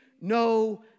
no